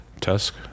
Tusk